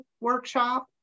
workshop